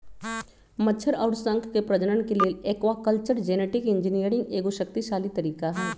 मछर अउर शंख के प्रजनन के लेल एक्वाकल्चर जेनेटिक इंजीनियरिंग एगो शक्तिशाली तरीका हई